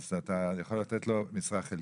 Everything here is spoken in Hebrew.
אז אתה יכול לתת לו משרה חלקית?